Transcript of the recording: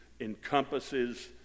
encompasses